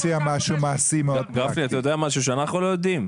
גפני, אתה יודע משהו שאנחנו לא יודעים?